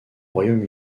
royaume